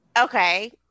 Okay